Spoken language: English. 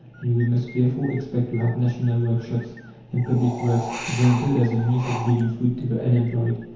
and we must therefore expect to have national workshops and public works vaunted as a means of giving food to the unemployed.